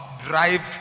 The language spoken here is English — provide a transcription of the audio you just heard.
Drive